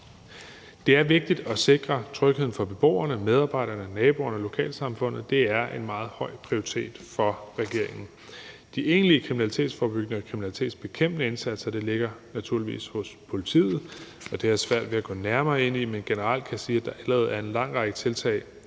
Det er vigtigt at sikre trygheden for beboerne, medarbejderne, naboerne og lokalsamfundet. Det er en meget høj prioritet for regeringen. De egentlige kriminalitetsforebyggende og kriminalitetsbekæmpende indsatser ligger naturligvis hos politiet, og det har jeg svært ved at gå nærmere ind i. Men generelt kan jeg sige, at der allerede er en lang række tiltag,